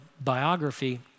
biography